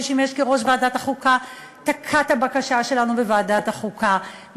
ששימש כיושב-ראש ועדת החוקה,